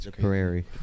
prairie